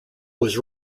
was